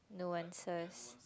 no answers